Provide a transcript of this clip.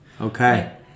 okay